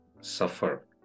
suffer